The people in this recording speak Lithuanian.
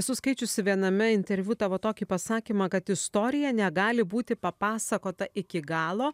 esu skaičiusi viename interviu tavo tokį pasakymą kad istorija negali būti papasakota iki galo